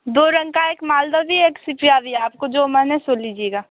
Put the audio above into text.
दो रंग का एक माल्दह भी है एक सिपीया भी है आपको जो मन है सो लीजिएगा